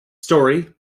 story